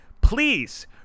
Please